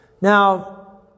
Now